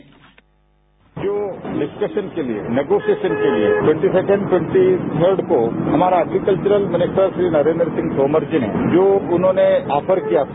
sound bite जो discussion के लिए नेगोसिएशन के लिए टवेंटी सैकेंड ट्वेंटी थर्ड को हमारा एग्रीकलचरल मिनिस्टर श्री नरेन्द्र सिंह तोमर जी ने जो उन्होंने आफर किया था